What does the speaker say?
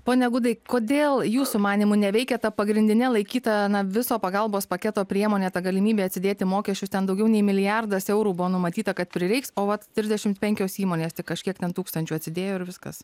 pone gudai kodėl jūsų manymu neveikia ta pagrindine laikyta na viso pagalbos paketo priemonė ta galimybė atsidėti mokesčius ten daugiau nei milijardas eurų buvo numatyta kad prireiks o vat trisdešimt penkios įmonės tik kažkiek ten tūkstančių atsidėjo ir viskas